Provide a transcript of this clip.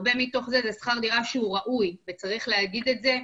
הרבה מתוך זה הוא שכר דירה שהוא ראוי וצריך להגיד את זה,